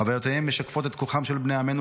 חוויותיהן משקפות את כוחם של בני עמנו